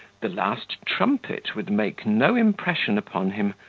the last trumpet would make no impression upon him,